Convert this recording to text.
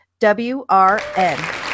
WRN